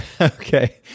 Okay